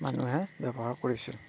মানুহে ব্যৱহাৰ কৰিছিল